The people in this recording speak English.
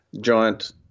giant